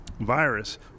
virus